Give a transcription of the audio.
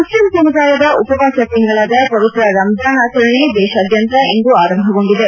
Muslim ಸಮುದಾಯದ ಉಪವಾಸ ತಿಂಗಳಾದ ಪವಿತ್ರ ರಂಜಾನ್ ಆಚರಣೆ ದೇಶಾದ್ದಂತ ಇಂದು ಆರಂಭಗೊಂಡಿದೆ